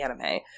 anime